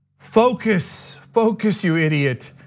focus, focus, you idiot.